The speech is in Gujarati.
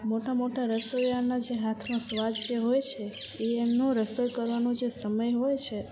મોટા મોટા રસોઈયાના જે હાથમાં સ્વાદ જે હોય છે એ એમનો રસોઈ કરવાનો સમય હોય છે